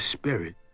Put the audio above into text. Spirit